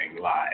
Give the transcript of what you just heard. live